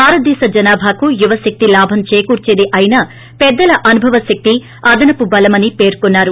భారతదేశ జనాభాకు యువ శక్తి లాభం చేకూర్చేది అయినా పెద్దల అనుభవ శక్తి అదనపు బలం అని పేర్కున్నారు